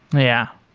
yeah.